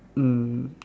um